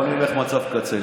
בוא נלך למצב קצה,